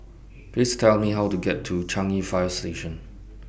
Please Tell Me How to get to Changi Fire Station